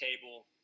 table